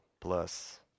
plus